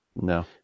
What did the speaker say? No